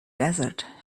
desert